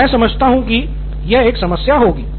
तो मै समझता हूँ कि नितिन कुरियन यह एक समस्या होगी